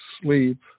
sleep